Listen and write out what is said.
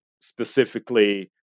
specifically